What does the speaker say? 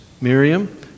Miriam